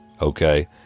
okay